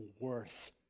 worth